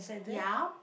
ya